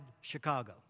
Chicago